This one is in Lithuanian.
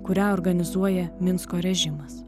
kurią organizuoja minsko režimas